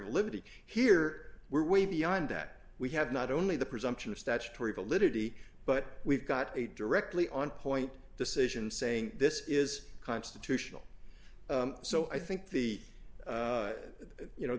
liberty here we're way beyond that we have not only the presumption of statutory validity but we've got a directly on point decision saying this is constitutional so i think the you know